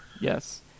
Yes